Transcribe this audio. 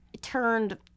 turned